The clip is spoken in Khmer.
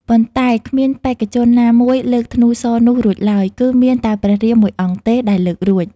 ប៉ុន្តែគ្មានបេក្ខជនណាមួយលើកធ្នូសរនោះរួចឡើយ គឺមានតែព្រះរាមមួយអង្គទេ ដែលលើករួច។